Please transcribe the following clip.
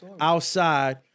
outside